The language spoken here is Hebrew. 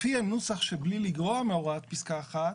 לפי הנוסח של "בלי לגרוע מהוראות פסקה 1",